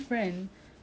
kill me from the back